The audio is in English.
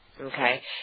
okay